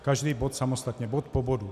Každý bod samostatně bod po bodu.